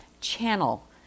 channel